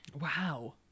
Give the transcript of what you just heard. Wow